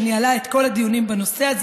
שניהלה את כל הדיונים בנושא הזה,